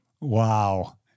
Wow